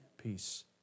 peace